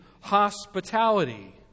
hospitality